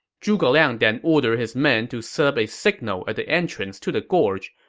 zhuge liang then ordered his men to set up a signal at the entrance to the gorge.